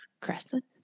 crescent